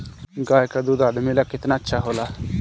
गाय का दूध आदमी ला कितना अच्छा होला?